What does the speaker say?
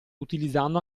utilizzando